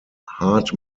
hard